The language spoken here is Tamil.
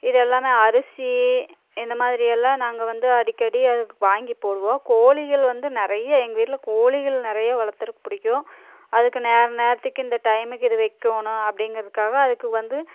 இது எல்லாமே அரிசி இந்த மாதிரி எல்லாம் நாங்கள் வந்து அடிக்கடி அதுக்கு வாங்கி போடுவோம் கோழிகள் வந்து நிறைய எங்கள் வீட்டில் கோழிகள் நிறைய வளர்த்துறக்கு பிடிக்கும் அதுக்கு நேர நேரத்துக்கு இந்த டைமுக்கு இது வைக்கணும் அப்படிங்கிறதுக்காக அதுக்கு வந்து